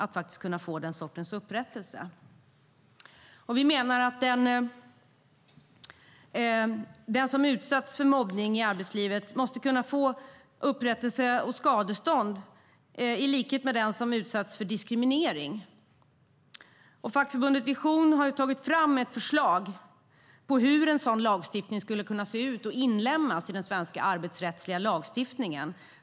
I likhet med den som utsatts för diskriminering ska man kunna få upprättelse och skadestånd. Fackförbundet Vision har tagit fram ett förslag på hur en sådan lagstiftning skulle kunna se ut och inlemmas i den svenska arbetsrättsliga lagstiftningen.